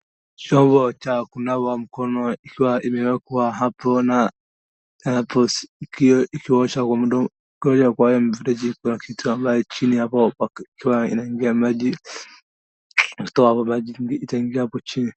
Chombo cha kunawa mkono ikiwa imewekwa hapo na hapo ikiosha kwa hiyo mfereji kuna kitu ambayo chini hapo ikiwa inaingia maji ukitoa maji itaingia hapo chini.